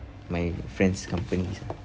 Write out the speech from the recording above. my friends companies